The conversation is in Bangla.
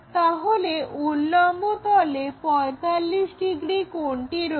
তাহলে উল্লম্ব তলে 45 ডিগ্রি কোণটি রয়েছে